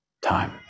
time